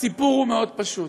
הסיפור הוא מאוד פשוט: